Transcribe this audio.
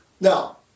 now